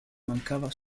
mancava